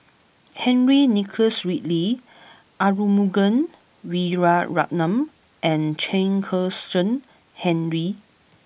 Henry Nicholas Ridley Arumugam Vijiaratnam and Chen Kezhan Henri